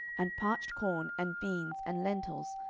and parched corn, and beans, and lentiles,